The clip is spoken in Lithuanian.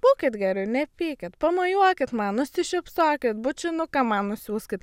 būkit geri nepykit pamojuokit man nusišypsokit bučinuką man nusiųskit